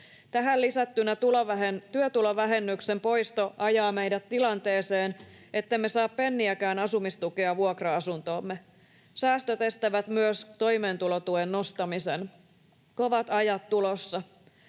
Tähän lisättynä työtulovähennyksen poisto ajaa meidät tilanteeseen, ettemme saa penniäkään asumistukea vuokra-asuntoomme. Säästömme estävät myös toimeentulotuen nostamisen. Kovat ajat tulossa.